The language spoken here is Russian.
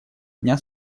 дня